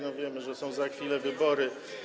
No, wiemy, że są za chwilę wybory.